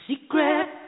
Secret